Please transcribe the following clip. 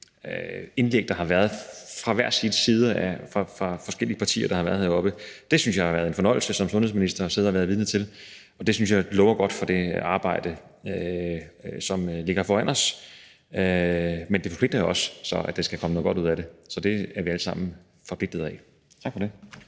indlæg, der har været fra de forskellige partiers ordførere, der har været heroppe på talerstolen. Det synes jeg som sundhedsminister har været en fornøjelse at sidde og være vidne til, og det synes jeg lover godt for det arbejde, som ligger foran os. Men det forpligter jo også til, at der skal komme noget godt ud af det, så det er vi alle sammen forpligtet af. Tak for det.